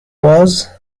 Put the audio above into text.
was